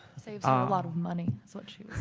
saves ah a lot of money is what she was